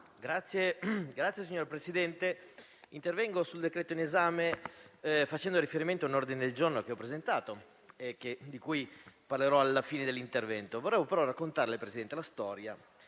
Signor Presidente, intervengo sul provvedimento in esame facendo riferimento a un ordine del giorno che ho presentato e di cui parlerò alla fine dell'intervento. Vorrei ora raccontare la storia